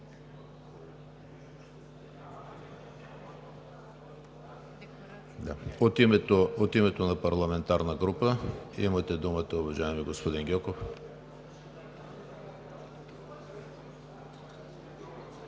От името на парламентарна група – имате думата, уважаеми господин Гьоков.